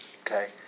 okay